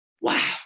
Wow